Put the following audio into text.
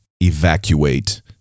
evacuate